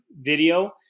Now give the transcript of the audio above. video